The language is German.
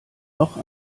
noch